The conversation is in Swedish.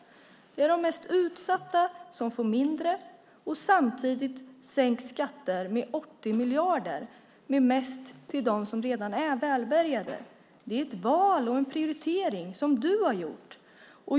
Det är de mest utsatta som får mindre. Samtidigt sänks skatter med 80 miljarder med mest till dem som redan är välbärgade. Det är ett val och en prioritering som du har gjort.